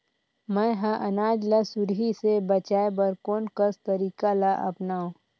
मैं ह अनाज ला सुरही से बचाये बर कोन कस तरीका ला अपनाव?